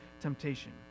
temptation